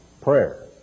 prayer